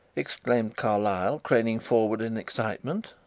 exclaimed carlyle, craning forward in excitement.